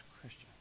Christian